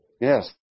Yes